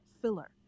filler